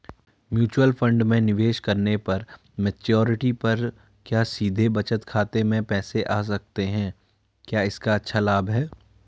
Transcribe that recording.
Mutual fund में निवेश करने पर मैच्योरिटी पर क्या सीधे बचत खाते में पैसे आ सकते हैं क्या इसका अच्छा लाभ है?